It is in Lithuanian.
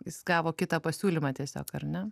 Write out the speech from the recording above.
jis gavo kitą pasiūlymą tiesiog ar ne